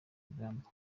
rugamba